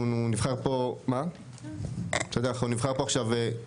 אנחנו ננסה להגיע להבנות בעניין הזה.